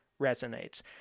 resonates